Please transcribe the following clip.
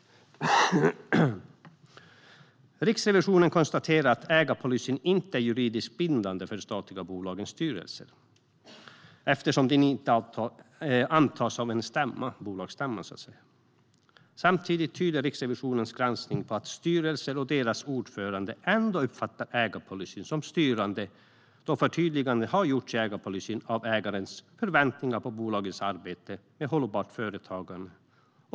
Riksrevisionen konstaterar att ägarpolicyn inte är juridiskt bindande för de statliga bolagens styrelser eftersom den inte antas av bolagsstämman. Samtidigt tyder Riksrevisionens granskning på att styrelser och deras ordförande ändå uppfattar ägarpolicyn som styrande då förtydliganden har gjorts i ägarpolicyn av ägarens förväntningar på bolagens arbete med hållbart företagande.